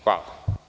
Hvala.